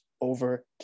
over